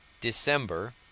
december